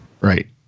Right